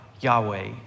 Yahweh